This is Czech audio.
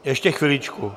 Ještě chviličku.